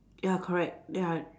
ya correct ya